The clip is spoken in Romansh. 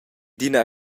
d’ina